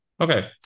okay